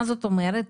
מה זאת אומרת?